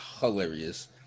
hilarious